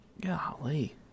Golly